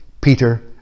Peter